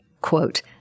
quote